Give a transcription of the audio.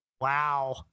Wow